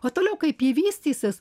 o toliau kaip ji vystysis